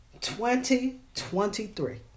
2023